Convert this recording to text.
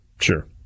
Sure